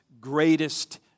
greatest